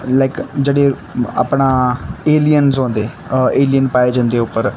like जेह्ड़े अपना aliens होंदे एलियंस पाए जंदे उप्पर